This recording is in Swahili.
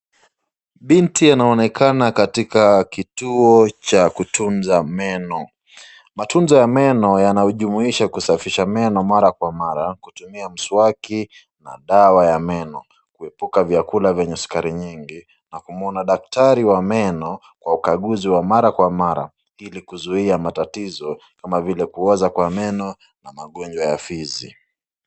Binti anaonekana katika kituo cha kutunza meno. Matunzo ya meno yanaojumuisha kusafisha meno mara kwa mara, kutumia mswaki na dawa ya meno, kuepuka vyakula vyenye sukari nyingi, na kumuona daktari wa meno kwa ukaguzi wa mara kwa mara, ili kuzuia matatizo kama vile kuoza kwa meno na magonjwa ya fizi.